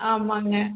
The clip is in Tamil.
ஆமாங்க